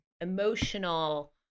emotional